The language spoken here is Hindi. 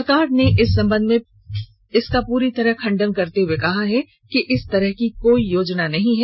सरकार ने इस बात का पूरी तरह खंडन करते हए कहा है कि इस तरह की कोई योजना नहीं है